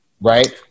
Right